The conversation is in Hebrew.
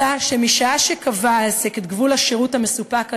אלא שמשעה שקבע העסק את גבול השירות המסופק על-ידו,